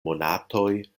monatoj